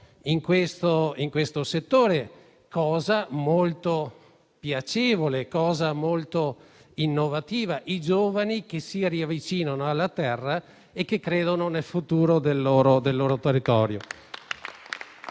in questo settore ed è una cosa molto piacevole e innovativa avere giovani che si riavvicinano alla terra e che credono nel futuro del loro territorio.